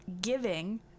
giving